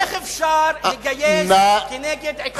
איך אפשר לגייס נגד עקרון השוויון?